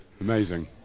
Amazing